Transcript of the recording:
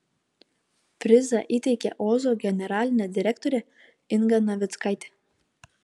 prizą įteikė ozo generalinė direktorė inga navickaitė